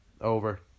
Over